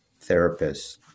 therapists